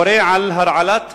המורה על הרעלת